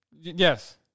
Yes